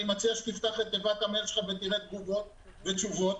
אני מציע שתפתח את תיבת המייל שלך ותראה תגובות ותשובות.